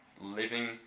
living